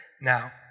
now